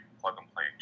plug-and-play